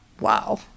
wow